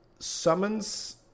summons